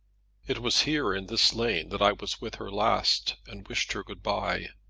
it was here, in this lane, that i was with her last, and wished her good-by.